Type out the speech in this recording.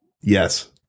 Yes